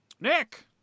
Nick